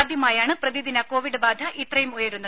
ആദ്യമായാണ് പ്രതിദിന കോവിഡ് ബാധ ഇത്രയും ഉയരുന്നത്